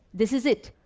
this is it,